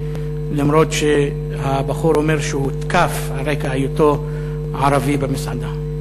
אף שהבחור אומר שהוא הותקף על רקע היותו ערבי במסעדה.